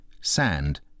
sand